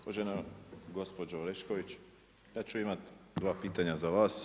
Uvažena gospođo Orešković, ja ću imati dva pitanja za vas.